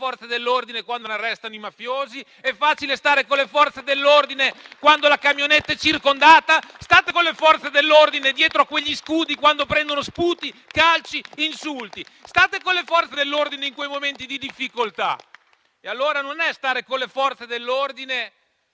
E allora non è stare con le Forze dell'ordine